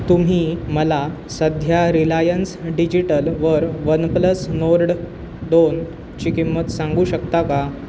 तुम्ही मला सध्या रिलायन्स डिजिटलवर वनप्लस नोर्ड दोन ची किंमत सांगू शकता का